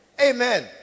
Amen